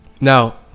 Now